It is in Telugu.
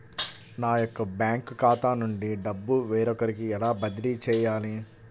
నా యొక్క బ్యాంకు ఖాతా నుండి డబ్బు వేరొకరికి ఎలా బదిలీ చేయాలి?